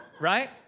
Right